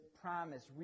promise